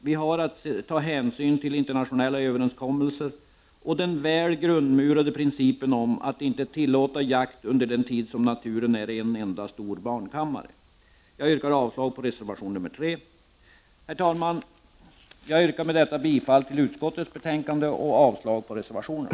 Vi har att ta hänsyn till internationella överenskommelser och den väl grundmurade principen att inte tillåta jakt under den tid då naturen är en enda stor barnkammare. Jag yrkar avslag på reservation nr 3. Herr talman! Jag yrkar med detta bifall till utskottets hemställan och avslag på reservationerna.